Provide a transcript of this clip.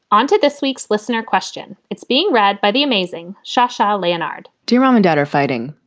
onto this week's listener question. it's being read by the amazing shachar leonhard dear mom and dad are fighting.